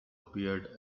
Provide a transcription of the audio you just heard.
appeared